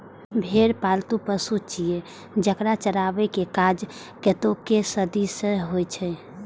भेड़ पालतु पशु छियै, जेकरा चराबै के काज कतेको सदी सं होइ छै